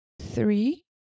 Three